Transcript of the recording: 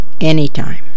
anytime